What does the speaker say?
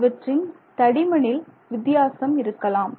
இவற்றின் தடிமனில் வித்தியாசம் இருக்கலாம்